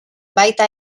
baita